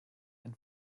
and